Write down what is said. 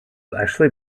actually